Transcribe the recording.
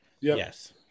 Yes